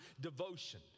devotion